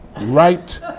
right